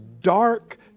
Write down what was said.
dark